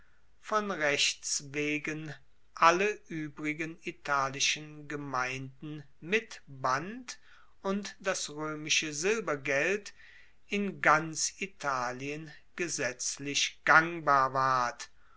von rechtswegen alle uebrigen italischen gemeinden mit band und das roemische silbergeld in ganz italien gesetzlich gangbar ward